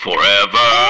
Forever